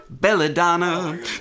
belladonna